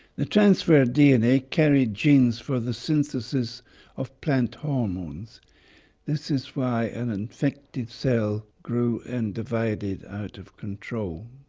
the transferred dna carried genes for the synthesis of plant hormones this is why an infected cell grew and divided out of control.